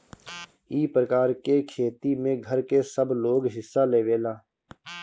ई प्रकार के खेती में घर के सबलोग हिस्सा लेवेला